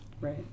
right